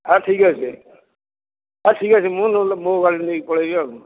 ହଉ ଠିକ୍ ଅଛି ହଉ ଠିକ୍ ଅଛି ମୁଁ ନହେଲେ ମୋ ଗାଡ଼ି ନେଇକି ପଳେଇବି ଆଉ କ'ଣ